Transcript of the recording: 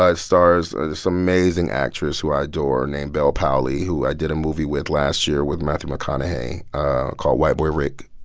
stars ah this amazing actress, who i adore, named bel powley, who i did a movie with last year with matthew mcconaughey called white boy rick.